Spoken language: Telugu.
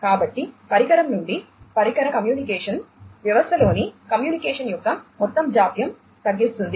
కాబట్టి పరికరం నుండి పరికర కమ్యూనికేషన్ వ్యవస్థలోని కమ్యూనికేషన్ యొక్క మొత్తం జాప్యం తగ్గిస్తుంది